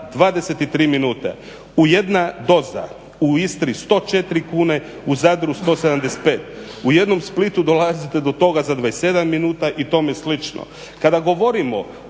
23 minute, u jedna doza u Istri 104 kune, u Zadru 175. U jednom Splitu dolazite do toga za 27 minuta i tome slično.